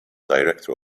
director